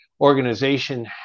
organization